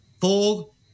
Full